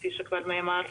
כפי שכבר נאמר,